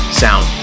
sound